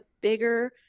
bigger